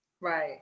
Right